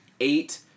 eight